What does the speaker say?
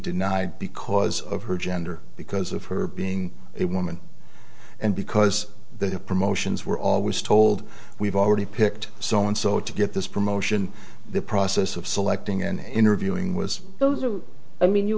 denied because of her gender because of her being a woman and because they have promotions we're always told we've already picked someone so to get this promotion the process of selecting and interviewing was those are i mean you